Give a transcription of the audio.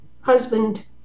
husband